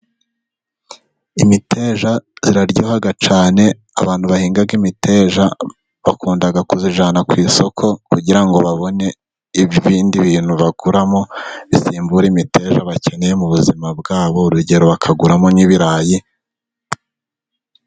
Imiteja iraryoha cyane, abantu bahinga imiteja bakunda kuyijyana ku isoko kugira ngo babone ibindi bintu bakuramo bisimbura imiteja, bakeneye mu buzima bwabo, urugero bakaguramo nk'ibirayi.